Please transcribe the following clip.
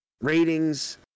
ratings